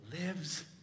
lives